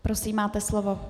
Prosím, máte slovo.